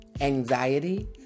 anxiety